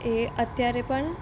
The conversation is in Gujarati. એ અત્યારે પણ